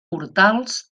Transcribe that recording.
portals